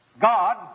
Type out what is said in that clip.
God